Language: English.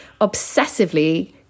obsessively